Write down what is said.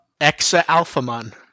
Exa-Alphamon